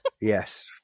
yes